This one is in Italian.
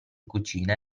cucina